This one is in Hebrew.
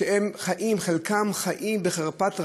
שחלקם חיים בחרפת רעב,